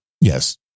Yes